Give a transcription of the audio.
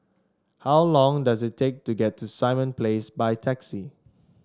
how long does it take to get to Simon Place by taxi